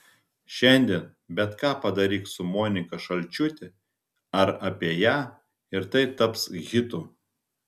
šiandien bet ką padaryk su monika šalčiūte ar apie ją ir tai taps hitu